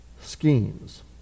schemes